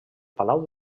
palau